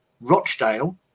Rochdale